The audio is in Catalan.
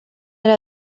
era